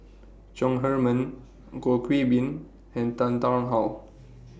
Chong Heman Goh Qiu Bin and Tan Tarn How